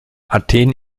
athen